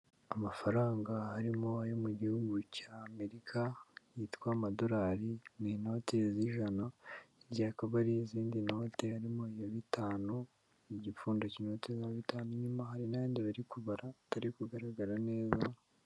Amafaranga arimo ayo mu gihugu cya Amerika yitwa amadolari, ni inote z'ijana hirya hakaba n'izindi note hakaba harimo iya bitanu, igipfundo k'inote ya bitanu, inyuma hari n'ayandi bari kubara atari kugaragara neza.